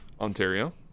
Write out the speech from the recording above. Ontario